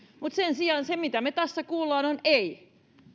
mutta sen sijaan se mitä me tässä kuulemme on ei